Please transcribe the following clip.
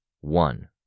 One